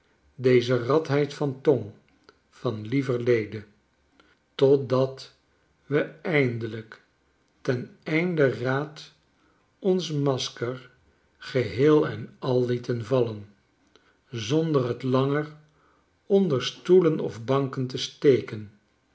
deze radheid van tong van lieverlede totdat we eindelijk ten einde raad ons masker geheel en al iieten vallen zonder t langer onder stoelen of banken te steken